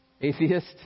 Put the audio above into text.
atheist